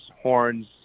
horns